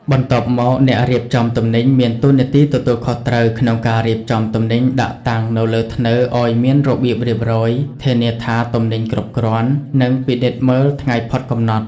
បន្ទាប់មកអ្នករៀបចំទំនិញ មានតួនាទីទទួលខុសត្រូវក្នុងការរៀបចំទំនិញដាក់តាំងនៅលើធ្នើឱ្យមានរបៀបរៀបរយ ធានាថាទំនិញគ្រប់គ្រាន់ និងពិនិត្យមើលថ្ងៃផុតកំណត់។